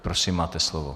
Prosím, máte slovo.